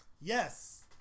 Yes